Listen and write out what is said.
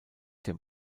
dem